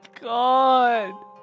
God